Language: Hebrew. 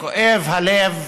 שכואב הלב